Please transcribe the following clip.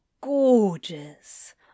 gorgeous